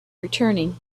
returning